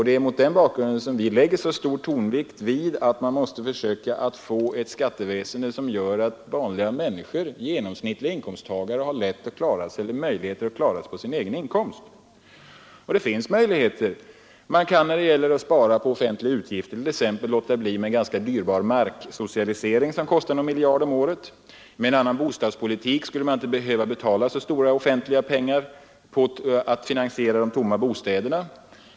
Det är mot den bakgrunden som vi lägger stark tonvikt vid att man måste försöka få ett skatteväsen som gör att vanliga människor med genomsnittliga inkomster har möjligheter att klara sig på sin inkomst. Och det finns möjligheter. Man kan när det gäller att spara på offentliga utgifter t.ex. låta bli ganska dyrbar marksocialisering som kostar någon miljard om året. Med en annan bostadspolitik skulle man inte behöva betala ut så stora offentliga pengar på att finansiera de tomma bostäderna.